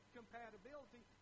compatibility